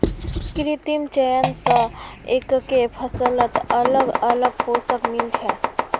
कृत्रिम चयन स एकके फसलत अलग अलग पोषण मिल छे